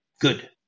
Good